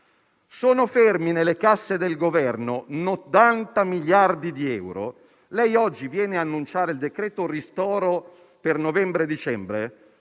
Sono fermi nelle casse del Governo 80 miliardi di euro. Lei oggi viene ad annunciare il decreto ristoro per novembre-dicembre,